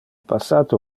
passate